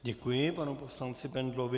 Děkuji panu poslanci Bendlovi.